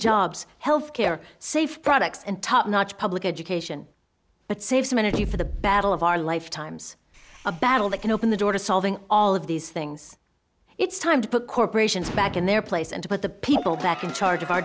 jobs health care safe products and top notch public education but save some energy for the battle of our lifetimes a battle that can open the door to solving all of these things it's time to put corporations back in their place and put the people back in charge of our